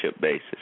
basis